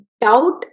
Doubt